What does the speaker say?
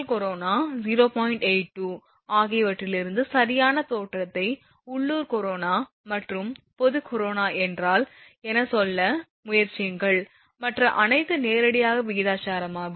82 ஆகியவற்றிலிருந்து சரியான தோற்றத்தை உள்ளூர் கரோனா மற்றும் பொது கரோனா என்றால் என சொல்ல முயற்சியுங்கள் மற்ற அனைத்தும் நேரடியாக விகிதாசாரமாகும்